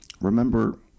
Remember